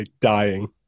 dying